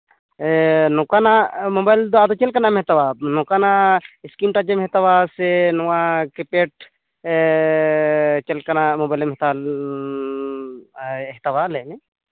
ᱱᱚᱝᱠᱟᱱᱟᱜ ᱢᱳᱵᱟᱭᱤᱞ ᱫᱚ ᱟᱫᱚ ᱪᱮᱫ ᱞᱮᱠᱟᱱᱟᱜ ᱮᱢ ᱦᱟᱛᱟᱣᱟ ᱱᱚᱝᱠᱟᱱᱟᱜ ᱥᱠᱨᱤᱱ ᱴᱟᱪᱮᱢ ᱦᱟᱛᱟᱣᱟ ᱥᱮ ᱱᱚᱣᱟ ᱠᱤᱯᱮᱴ ᱪᱮᱫᱞᱮᱠᱟᱱᱟᱜ ᱢᱳᱵᱟᱭᱤᱞ ᱮᱢ ᱦᱟᱛᱟᱣᱟ ᱞᱟᱹᱭ ᱢᱮ